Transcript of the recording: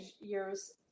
years